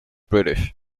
british